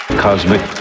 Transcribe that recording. cosmic